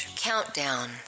countdown